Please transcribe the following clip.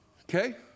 Okay